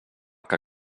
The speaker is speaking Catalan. que